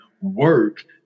work